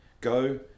Go